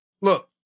look